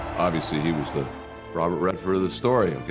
obviously, he was the robert redford of the story, okay?